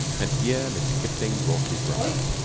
and here mr. kipling brought his bride.